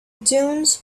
dunes